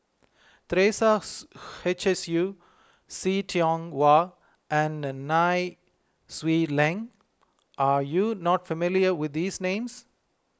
Teresa Hsu H S U See Tiong Wah and Nai Swee Leng are you not familiar with these names